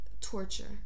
torture